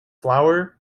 flour